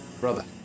Brother